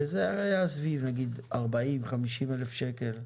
זה היה סביב 40,000-50,000 שקלים.